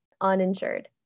uninsured